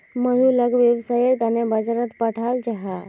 मधु लाक वैव्सायेर तने बाजारोत पठाल जाहा